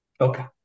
Okay